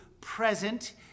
present